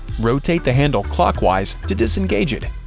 rotate the handle clockwise to disengage it.